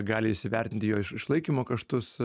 gali įsivertinti jo iš išlaikymo kaštus